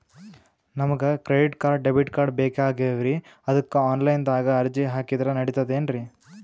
ನಮಗ credit card, debit card ಬೇಕಾಗ್ಯಾವ್ರೀ ಅದಕ್ಕ ಆನಲೈನದಾಗ ಅರ್ಜಿ ಹಾಕಿದ್ರ ನಡಿತದೇನ್ರಿ?